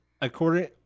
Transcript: According